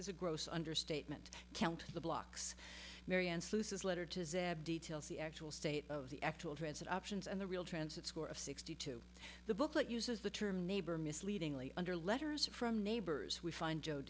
is a gross understatement count the blocks marion sluices letter to zag details the actual state of the actual transit options and the real transit score of sixty two the book that uses the term neighbor misleadingly under letters from neighbors we find joe